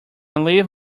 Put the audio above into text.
leave